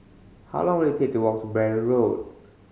how long will it take to walk to Braddell Road